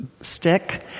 stick